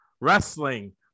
wrestling